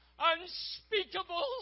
Unspeakable